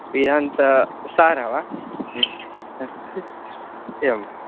वेदान्तसारः वा एवं